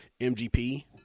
MGP